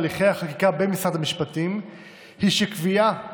הליכי החקיקה במשרד המשפטים היא שקביעה